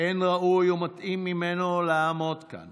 אין ראוי ומתאים ממנו לעמוד כאן